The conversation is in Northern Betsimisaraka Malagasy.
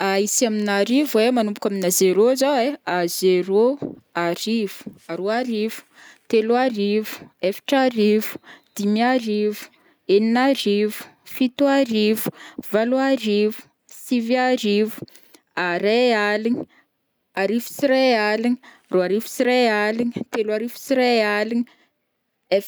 isa amin'arivo manomboka aminA zéro zao ai: zéro, arivo, aroarivo, teloarivo, efatrarivo, dimiarivo, eninarivo, fitoarivo, valoarivo, siviarivo, ray aligny, arivo sy iray aligny, aroarivo sy iray aligny, teloarivo sy aligny.